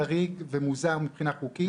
חריג ומוזר מבחינה חוקית.